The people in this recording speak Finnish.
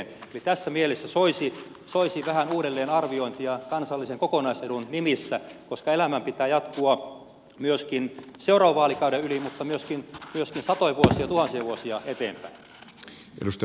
eli tässä mielessä soisi vähän uudelleenarviointia kansallisen kokonaisedun nimissä koska elämän pitää jatkua seuraavan vaalikauden yli mutta myöskin satoja vuosia tuhansia vuosia eteenpäin